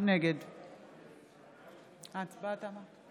נגד ההצבעה תמה.